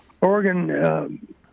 Oregon